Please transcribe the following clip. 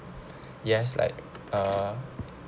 yes like uh